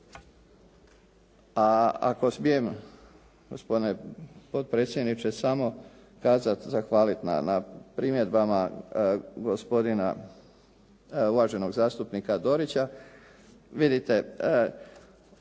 A ako smijem gospodine potpredsjedniče samo kazati, zahvaliti na primjedbama gospodina uvaženog zastupnika Dorića. Vidite,